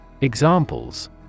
Examples